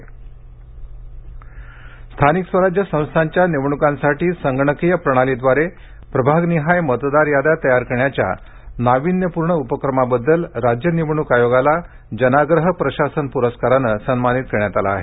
निवडणूक आयोग पुरस्कार स्थानिक स्वराज्य संस्थांच्या निवडणुकांसाठी संगणकीय प्रणालीद्वारे प्रभागनिहाय मतदार याद्या तयार करण्याच्या नावीन्यपूर्ण उपक्रमाबद्दल राज्य निवडणूक आयोगाला जनाग्रह प्रशासन प्रस्कारानं सन्मानित करण्यात आलं आहे